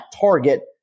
target